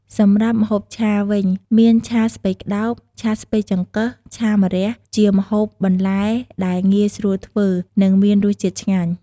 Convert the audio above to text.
សម្រាប់ម្ហូបឆាវិញ មានឆាស្ពៃក្តោប ឆាស្ពៃចង្កឹះ ឆាម្រះ ជាម្ហូបបន្លែដែលងាយស្រួលធ្វើ និងមានរសជាតិឆ្ងាញ់។